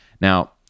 now